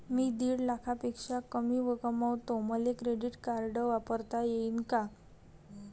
मी दीड लाखापेक्षा कमी कमवतो, मले क्रेडिट कार्ड वापरता येईन का?